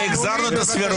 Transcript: הנה, החזרת את הסבירות.